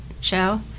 show